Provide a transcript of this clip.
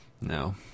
No